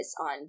on